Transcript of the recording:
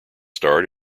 starred